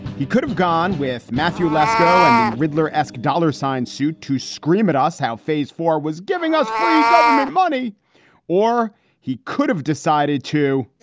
he could have gone with matthew lascaux and the riddler ask asked dollar signs shoot to scream at us how phase four was giving us free government money or he could have decided to